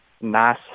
nice